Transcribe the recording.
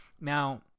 now